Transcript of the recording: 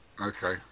Okay